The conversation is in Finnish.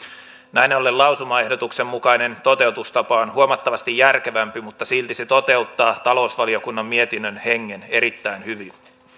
näin ollen lausumaehdotuksen mukainen toteutustapa on huomattavasti järkevämpi mutta silti se toteuttaa talousvaliokunnan mietinnön hengen erittäin hyvin